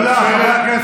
תודה, חברי הכנסת.